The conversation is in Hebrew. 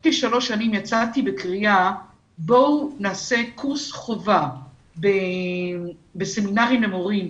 שלפני כשלוש שנים יצאתי בקריאה לעשות קורס חובה בסמינרים למורים,